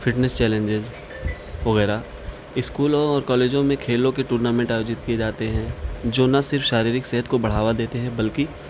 fitness challenges وغیرہ اسکولوں اور کالجوں میں کھیلوں کے ٹورنامنٹ آیوجت کیے جاتے ہیں جو نہ صرف شاریرک صحت کو بڑھاوا دیتے ہیں بلکہ